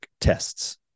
tests